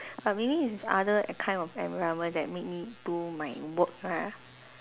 but maybe is other kind of environment that make me do my work lah